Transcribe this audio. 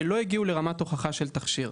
שלא הגיעו לרמת הוכחה של תכשיר.